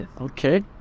okay